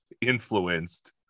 influenced